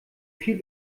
viel